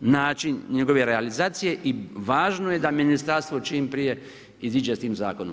način njegove realizacije i važno je da ministarstvo čim prije iziđe sa tim zakonom.